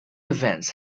events